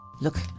Look